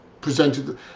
presented